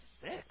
six